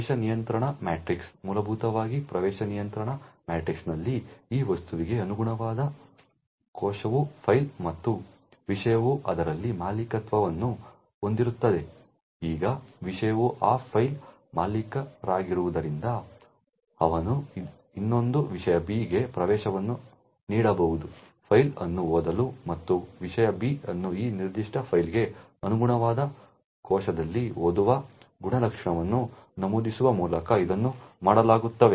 ಪ್ರವೇಶ ನಿಯಂತ್ರಣ ಮ್ಯಾಟ್ರಿಕ್ಸ್ನಂತೆ ಮೂಲಭೂತವಾಗಿ ಪ್ರವೇಶ ನಿಯಂತ್ರಣ ಮ್ಯಾಟ್ರಿಕ್ಸ್ನಲ್ಲಿ ಈ ವಸ್ತುವಿಗೆ ಅನುಗುಣವಾದ ಕೋಶವು ಫೈಲ್ ಮತ್ತು ವಿಷಯವು ಅದರಲ್ಲಿ ಮಾಲೀಕತ್ವವನ್ನು ಹೊಂದಿರುತ್ತದೆ ಈಗ ವಿಷಯವು ಆ ಫೈಲ್ನ ಮಾಲೀಕರಾಗಿರುವುದರಿಂದ ಅವನು ಇನ್ನೊಂದು ವಿಷಯ B ಗೆ ಪ್ರವೇಶವನ್ನು ನೀಡಬಹುದು ಫೈಲ್ ಅನ್ನು ಓದಲು ಮತ್ತು ವಿಷಯ B ಮತ್ತು ಈ ನಿರ್ದಿಷ್ಟ ಫೈಲ್ಗೆ ಅನುಗುಣವಾದ ಕೋಶದಲ್ಲಿ ಓದುವ ಗುಣಲಕ್ಷಣವನ್ನು ನಮೂದಿಸುವ ಮೂಲಕ ಇದನ್ನು ಮಾಡಲಾಗುತ್ತದೆ